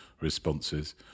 responses